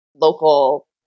local